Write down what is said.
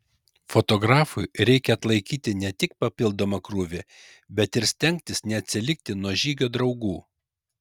fotografui reikia atlaikyti ne tik papildomą krūvį bet ir stengtis neatsilikti nuo žygio draugų